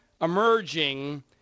emerging